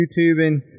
YouTubing